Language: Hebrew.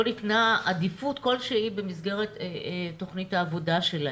ניתנה עדיפות כל שהיא במסגרת תכנית העבודה שלהם.